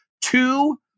two